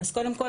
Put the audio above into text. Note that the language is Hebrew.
אז קודם כול,